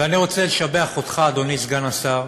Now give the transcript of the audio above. ואני רוצה לשבח אותך, אדוני סגן השר,